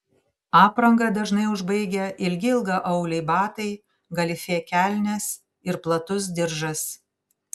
aprangą dažnai užbaigia ilgi ilgaauliai batai galifė kelnės ir platus diržas